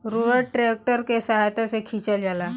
roller tractor के सहायता से खिचल जाला